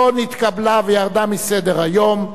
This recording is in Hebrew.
לא נתקבלה וירדה מסדר-היום.